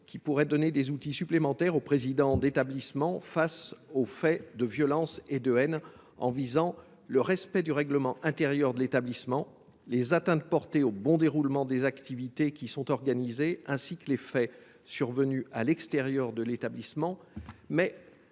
qui pourraient donner des outils supplémentaires aux présidents d’établissement afin de répondre aux faits de violence et de haine, en visant le respect du règlement intérieur de l’établissement, les atteintes portées au bon déroulement des activités qui y sont organisées, ainsi que les faits survenus à l’extérieur de l’établissement, mais